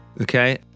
okay